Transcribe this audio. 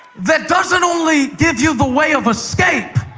that doesn't only give you the way of escape.